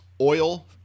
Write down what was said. oil